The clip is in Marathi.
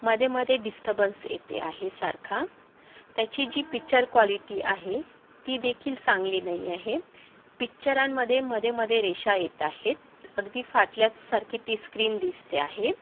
मध्येमध्ये डिस्टर्बन्स येते आहे सारखा त्याची जी पिक्चर कॉलीटी आहे ती देखील चांगली नाही आहे पिक्चरांमध्ये मध्येमध्ये रेषा येत आहेत अगदी फाटल्याच सारखी ती स्क्रीन दिसते आहे